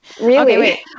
really-